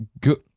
good